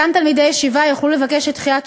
אותם תלמידי ישיבה יוכלו לבקש את דחיית